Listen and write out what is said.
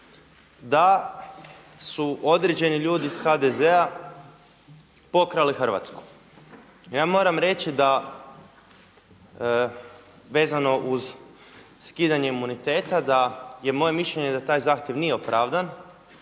da su određeni ljudi iz HDZ-a pokrali Hrvatsku. Ja moram reći da vezano uz skidanje imuniteta je da je moje mišljenje da taj moj zahtjev nije opravdan